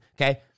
okay